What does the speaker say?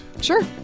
Sure